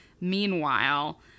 meanwhile